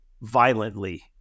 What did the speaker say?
violently